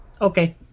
Okay